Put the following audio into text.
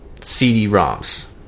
CD-ROMs